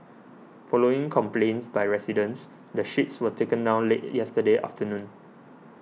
following complaints by residents the sheets were taken down late yesterday afternoon